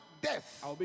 death